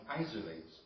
isolates